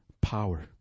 power